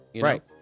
Right